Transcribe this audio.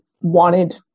wanted